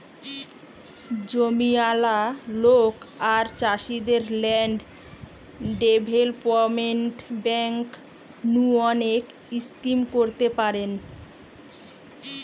জমিয়ালা লোক আর চাষীদের ল্যান্ড ডেভেলপমেন্ট বেঙ্ক নু অনেক স্কিম করতে পারেন